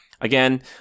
Again